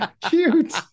Cute